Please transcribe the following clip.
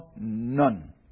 none